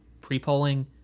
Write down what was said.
Pre-polling